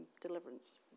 deliverance